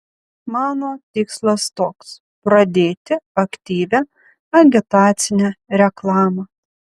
mano tikslas toks pradėti aktyvią agitacinę reklamą